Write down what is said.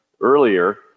earlier